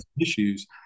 issues